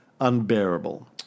unbearable